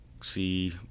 see